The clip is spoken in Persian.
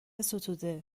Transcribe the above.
ستوده